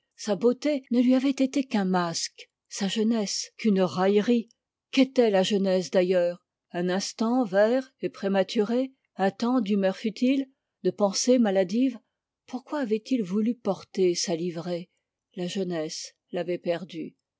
sa beauté ne lui avait été qu'un masque sa jeunesse qu'une raillerie qu'était la jeunesse d'ailleurs un instant vert et prématuré un temps d'humeurs futiles de pensées maladives pourquoi avait-il voulu porter sa livrée la jeunesse l'avait perdu